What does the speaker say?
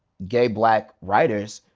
gay black writers,